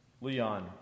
Leon